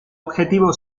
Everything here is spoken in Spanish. objetivo